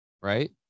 right